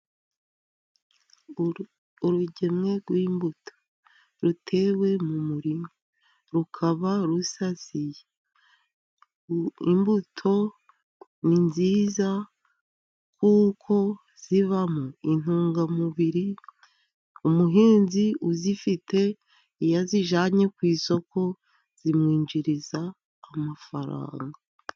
Urugemwe rw'imbuto rutewe mu murima rukaba rusasiye, imbuto ni nziza kuko zivamo intungamubiri, umuhinzi uzifite iyo azijanye ku isoko, zimwinjiriza amafaranga.